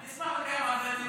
אני אשמח לקיים על זה דיון.